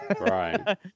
Right